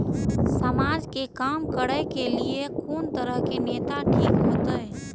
समाज के काम करें के ली ये कोन तरह के नेता ठीक होते?